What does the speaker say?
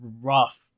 rough